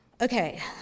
Okay